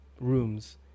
rooms